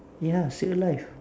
ya stay alive